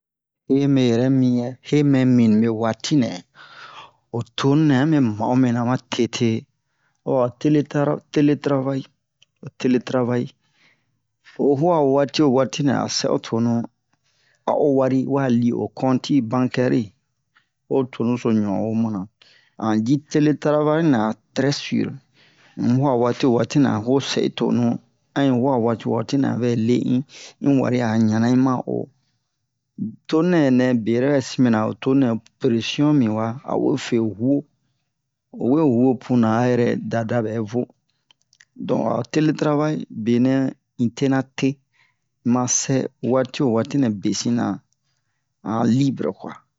yeme yɛrɛ miyɛ hemɛ minibe watinɛ ho tonunɛ ame ma'o mina ma tete ho'a tele tra tele travail ho tele travail o wu'a wati'o watinɛ a'o sɛ'o tonu a'o wari iwa li'o compte ti bancaire ri o tunuso ɲon'on wo mana an ji tele travail nɛ'a très sur unyi wu'a wati'o watinɛ an hu'o sɛ'i tonu ha'i hu'a mati'o watinɛ an vɛ le'i in wari a ɲana un ma'o tonunɛ nɛbe yɛrɛbe bɛsin mɛna ho tonunɛ pression miwa awe fe hu'o owe hu'o puna a yɛrɛ dada bɛvo don a'o tete travail benɛ in tena te masɛ wati'o watinɛ besina a u'a libre kwa